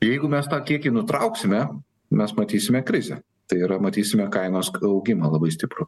jeigu mes tą kiekį nutrauksime mes matysime krizę tai yra matysime kainos augimą labai stiprų